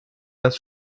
das